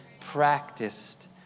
practiced